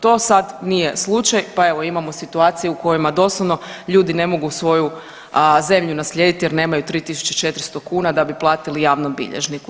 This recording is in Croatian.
To sad nije slučaj pa evo imamo situacije u kojima doslovno ljudi ne mogu svoju zemlju naslijediti jer nemaju 3.400 kuna da bi platili javnom bilježniku.